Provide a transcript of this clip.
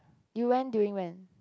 you went during when